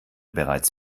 bereits